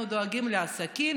אנחנו דואגים לעסקים,